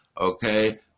okay